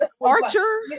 archer